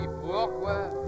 pourquoi